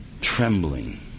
trembling